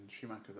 Schumacher